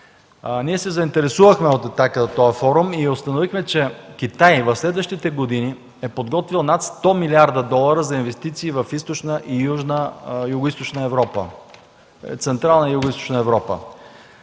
се заинтересувахме от този форум и установихме, че Китай в следващите години е подготвил над 100 млрд. долара за инвестиции в Централна и Югоизточна Европа.